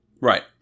Right